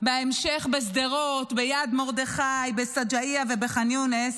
בהמשך בשדרות, ביד מרדכי, בשג'עייה ובח'אן יונס,